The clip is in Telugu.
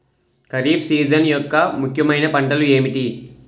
ఖరిఫ్ సీజన్ యెక్క ముఖ్యమైన పంటలు ఏమిటీ?